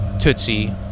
Tootsie